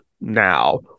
now